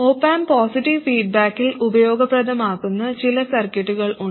op amp positive ഫീഡ്ബാക്കിൽ ഉപയോഗപ്രദമാകുന്ന ചില സർക്യൂട്ടുകൾ ഉണ്ട്